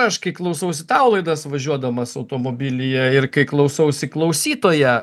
aš kai klausausi tavo laidas važiuodamas automobilyje ir kai klausausi klausytoją